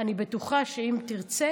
אני בטוחה שאם תרצה